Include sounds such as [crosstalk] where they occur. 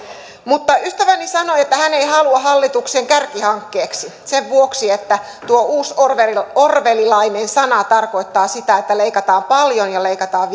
ystäväni sanoi että hän ei halua hallituksen kärkihankkeeksi sen vuoksi että tuo uus orwellilainen orwellilainen sana tarkoittaa sitä että leikataan paljon ja leikataan [unintelligible]